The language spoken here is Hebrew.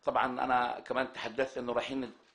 זה כואב שעד עצם היום הזה האנשים האלה לא